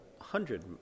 hundred